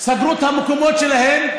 סגרו את המקומות שלהם.